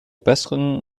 besseren